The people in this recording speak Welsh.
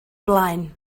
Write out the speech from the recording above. blaen